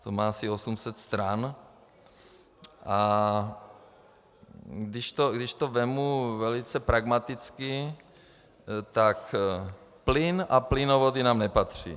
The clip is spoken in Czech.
To má asi 800 stran, a když to vezmu velice pragmaticky, tak plyn a plynovody nám nepatří.